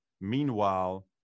Meanwhile